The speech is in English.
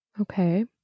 Okay